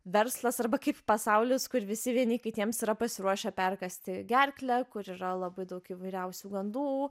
verslas arba kaip pasaulis kur visi vieni kitiems yra pasiruošę perkąsti gerklę kur yra labai daug įvairiausių gandų